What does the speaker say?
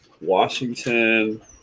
Washington